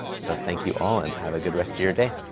so thank you all, and have a good rest of your day.